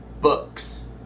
books